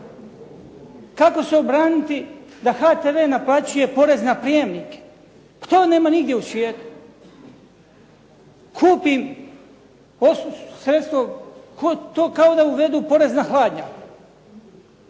Kako se obraniti da HTV naplaćuje porez na prijemnike? Pa toga nema nigdje u svijetu. Kupim sredstvo, to kao da uvedu porez na hladnjak.